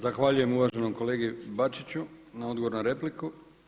Zahvaljujem uvaženom kolegi Bačiću na odgovoru na repliku.